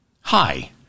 Hi